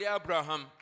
Abraham